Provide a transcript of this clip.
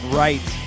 right